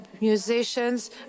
musicians